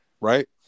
right